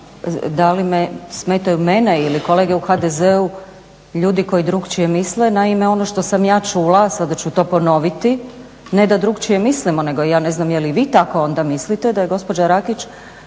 da li me smetaju mene ili kolege u HDZ-u ljudi koji drukčije misle. Naime, ono što sam ja čula, sada ću to ponoviti, ne da drukčije mislimo, nego ja ne znam je li vi tako onda mislite da je gospođa Rakić